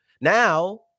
Now